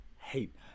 hate